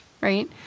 right